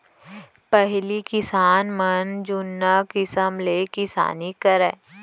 पहिली किसान मन जुन्ना किसम ले किसानी करय